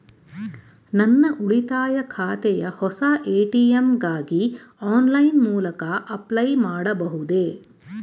ನನ್ನ ಉಳಿತಾಯ ಖಾತೆಯ ಹೊಸ ಎ.ಟಿ.ಎಂ ಗಾಗಿ ಆನ್ಲೈನ್ ಮೂಲಕ ಅಪ್ಲೈ ಮಾಡಬಹುದೇ?